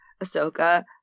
Ahsoka